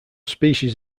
species